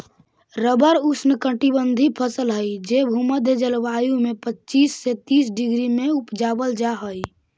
rubber ऊष्णकटिबंधी फसल हई जे भूमध्य जलवायु में पच्चीस से तीस डिग्री में उपजावल जा हई